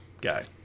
guy